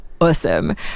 awesome